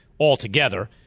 altogether